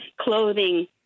clothing